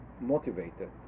motivated